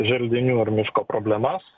želdinių ar miško problemas